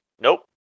Nope